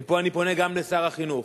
מפה אני פונה גם לשר החינוך,